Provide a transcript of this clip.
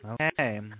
Okay